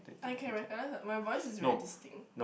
I can recognize my voice is very distinct